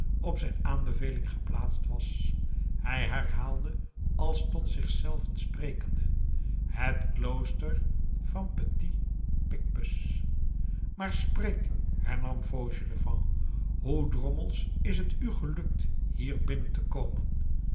op zijn aanbeveling geplaatst was hij herhaalde als tot zich zelven sprekende het klooster van petit picpus maar spreek hernam fauchelevent hoe drommels is t u gelukt hier binnen te komen